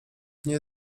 nie